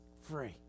Free